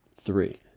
three